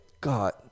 God